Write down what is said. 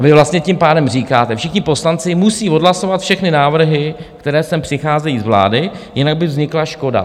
A vy vlastně tím pádem říkáte: všichni poslanci musí odhlasovat všechny návrhy, které sem přicházejí z vlády, jinak by vznikla škoda.